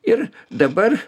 ir dabar